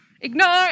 ignore